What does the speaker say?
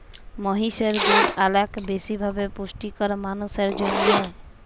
মহিষের দুহুদ অলেক বেশি ভাবে পুষ্টিকর মালুসের জ্যনহে